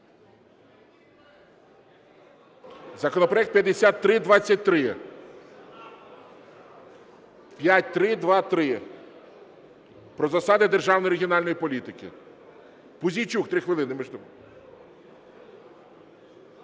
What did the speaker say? Законопроект 5323. 5323: "Про засади державної регіональної політики". Пузійчук 3 хвилини.